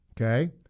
Okay